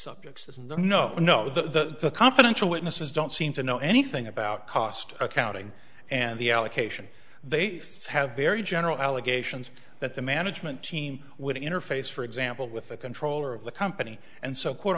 no no no the confidential witnesses don't seem to know anything about cost accounting and the allocation they have very general allegations that the management team would interface for example with the controller of the company and so quote